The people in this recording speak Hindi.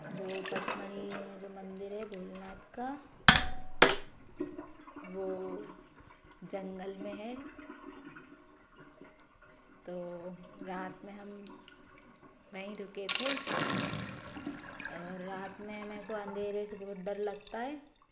वो पचमढ़ी में जो मंदिर है भोलेनाथ का वो जंगल में है तो रात में हम वहीं रुके थे और रात में मेको अंधेरे से बहुत डर लगता है